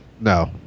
no